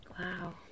Wow